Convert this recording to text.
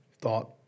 thought